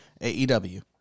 AEW